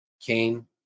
Cain